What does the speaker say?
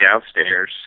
downstairs